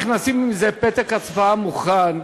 נכנסים עם פתק הצבעה מוכן,